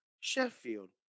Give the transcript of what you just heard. Sheffield